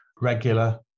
regular